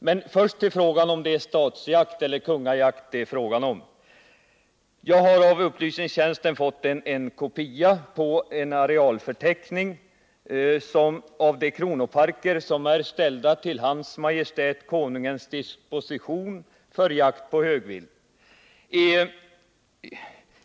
Men låt mig börja med problemet om det är statsjakt eller kungajakt som det är fråga om. Jag har av upplysningstjänsten fått en kopia av en arealförteckning avseende de kronoparker som är ställda till Hans Majestät Konungens disposition för jakt på högvilt.